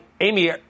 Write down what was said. Amy